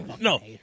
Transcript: No